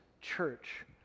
Church